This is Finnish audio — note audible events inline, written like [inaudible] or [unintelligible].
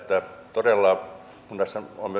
todella kun tässä ovat [unintelligible]